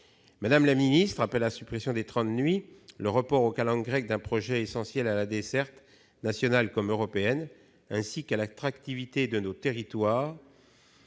Madame la ministre, après la suppression des trains de nuit, le report aux calendes grecques d'un projet essentiel à la desserte nationale comme européenne ainsi qu'à l'attractivité de nos territoires